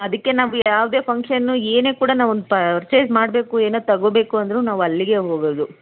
ಅದಕ್ಕೆ ನಾವು ಯಾವುದೇ ಫಂಕ್ಷನ್ನು ಏನೇ ಕೂಡ ನಾವೊಂದು ಪರ್ಚೇಸ್ ಮಾಡಬೇಕು ಏನೋ ತೊಗೋಬೇಕು ಅಂದ್ರೂ ನಾವು ಅಲ್ಲಿಗೇ ಹೋಗೋದು